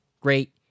great